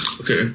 okay